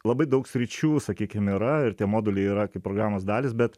labai daug sričių sakykim yra ir tie moduliai yra kaip programos dalys bet